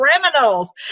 criminals